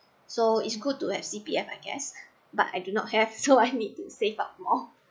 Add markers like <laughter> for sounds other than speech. so it's good to have C_P_F I guess but I do not have <laughs> so I need to save up more